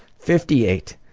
fifty eight?